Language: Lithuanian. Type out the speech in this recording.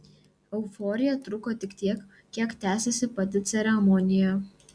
euforija truko tik tiek kiek tęsėsi pati ceremonija